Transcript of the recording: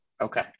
okay